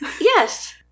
Yes